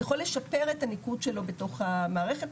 יכול לשפר את הניקוד שלו בתוך המערכת,